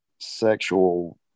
sexual